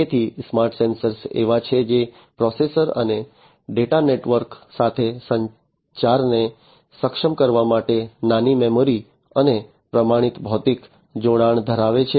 તેથી smart sensor એવા છે જે પ્રોસેસર અને ડેટા નેટવર્ક સાથે સંચારને સક્ષમ કરવા માટે નાની મેમરી અને પ્રમાણિત ભૌતિક જોડાણ ધરાવે છે